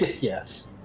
yes